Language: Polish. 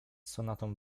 sonatą